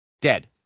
dead